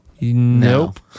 nope